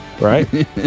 Right